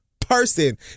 person